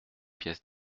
pièces